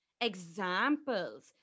examples